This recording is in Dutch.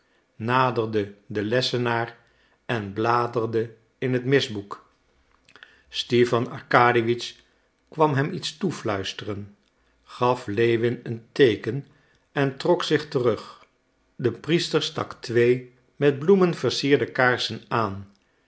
naderde den lessenaar en bladerde in het misboek stipan arkadiewitsch kwam hem iets toefluisteren gaf lewin een teeken en trok zich terug de priester stak twee met bloemen versierde kaarsen aan